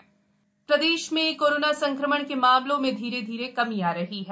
प्रदेश corona प्रदेश में corona संक्रमण के मामलों में धीरे धीरे कमी आ रही है